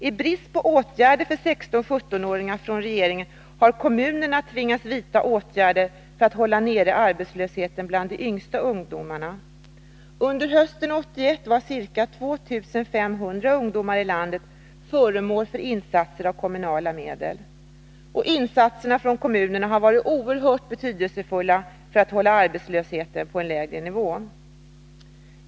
I brist på åtgärder från regeringen för 16-17-åringar har kommunerna tvingats vidta åtgärder för att hålla nere arbetslösheten bland de yngsta ungdomarna. Under hösten 1981 var ca 2500 ungdomar i hela landet föremål för insatser med kommunala medel. Insatserna från kommunerna har varit oerhört betydelsefulla för att hålla arbetslösheten på en lägre nivå.